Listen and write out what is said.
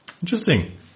Interesting